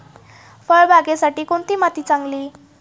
फळबागेसाठी कोणती माती चांगली?